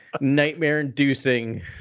nightmare-inducing